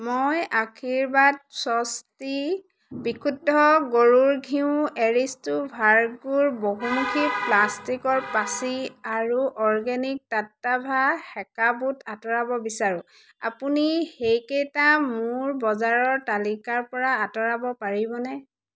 মই আশীৰ্বাদ স্বস্তি বিশুদ্ধ গৰুৰ ঘিউ এৰিষ্টো ভাৰ্গোৰ বহুমুখী প্লাষ্টিকৰ পাচি আৰু অৰ্গেনিক টাট্টাভা সেকা বুট আঁতৰাব বিচাৰোঁ আপুনি সেইকেইটা মোৰ বজাৰৰ তালিকাৰ পৰা আঁতৰাব পাৰিবনে